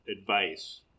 advice